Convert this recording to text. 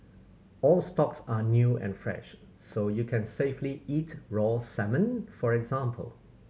all stocks are new and fresh so you can safely eat raw salmon for example